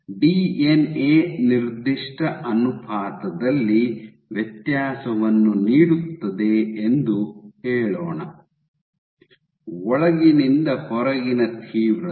DNA ನಿರ್ದಿಷ್ಟ ಅನುಪಾತದಲ್ಲಿ ವ್ಯತ್ಯಾಸವನ್ನು ನೀಡುತ್ತದೆ ಎಂದು ಹೇಳೋಣ ಒಳಗಿನಿಂದ ಹೊರಗಿನ ತೀವ್ರತೆ